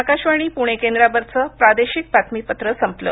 आकाशवाणी पुणे केंद्रावरचं प्रादेशिक बातमीपत्र संपलं